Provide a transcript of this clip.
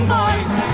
voice